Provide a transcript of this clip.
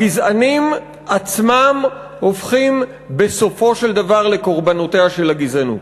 הגזענים עצמם הופכים בסופו של דבר לקורבנותיה של הגזענות.